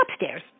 upstairs